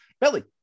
Billy